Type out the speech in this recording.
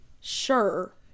Sure